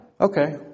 okay